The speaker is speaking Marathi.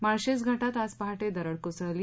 माळशेज घाटात आज पहाटे दरड कोसळली